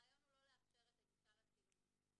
הרעיון הוא לא לאפשר גישה לצילומים.